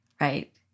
Right